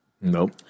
Nope